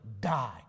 die